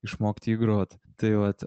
išmokt jį grot tai vat